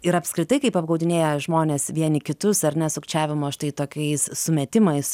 ir apskritai kaip apgaudinėja žmonės vieni kitus ar ne sukčiavimo štai tokiais sumetimais